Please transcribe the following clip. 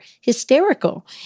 hysterical